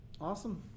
Awesome